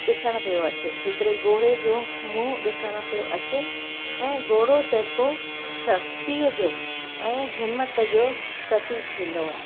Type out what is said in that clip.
ॾिसण पियो अचे हिकिड़े घोड़े जो मुंहुं ॾिसण पियो अचे ऐं घोड़ो जेको शक्तिअ जो ऐं हिम्मत जो प्रतीक थींदो आहे